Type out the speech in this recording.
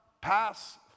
pass